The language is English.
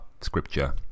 scripture